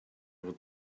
able